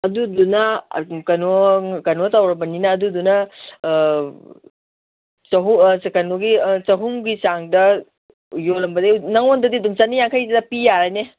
ꯑꯗꯨꯗꯨꯅ ꯑꯗꯨꯝ ꯀꯩꯅꯣ ꯀꯩꯅꯣ ꯇꯧꯔꯕꯅꯤꯅ ꯑꯗꯨꯗꯨꯅ ꯆꯥꯍꯨꯝꯒꯤ ꯆꯥꯡꯗ ꯌꯣꯜꯂꯝꯕꯅꯤ ꯅꯪꯉꯣꯟꯗꯗꯤ ꯑꯗꯨꯝ ꯆꯥꯅꯤꯌꯥꯡꯈꯩ ꯄꯤ ꯌꯥꯔꯅꯤ